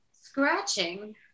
Scratching